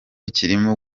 kirimo